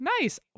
nice